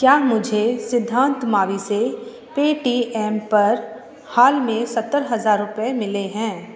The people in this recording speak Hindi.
क्या मुझे सिद्धांत मावी से पे टी एम पर हाल में सत्तर हज़ार रुपये मिले हैं